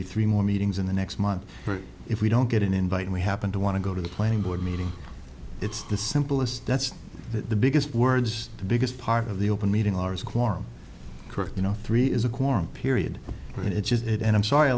to three more meetings in the next month but if we don't get an invite we happen to want to go to the planning board meeting it's the simplest that's the biggest words the biggest part of the open meeting or is quorum correct you know three is a quorum period and it's just it and i'm sorry i